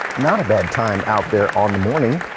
not a bad time out there on the morning.